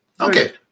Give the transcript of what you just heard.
Okay